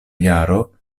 jaro